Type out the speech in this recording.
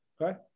Okay